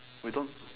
we don't